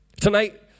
Tonight